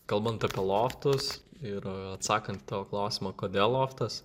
kalbant apie loftus ir atsakant į tavo klausimą kodėl loftas